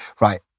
right